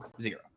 zero